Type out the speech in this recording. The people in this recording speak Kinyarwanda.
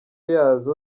yazo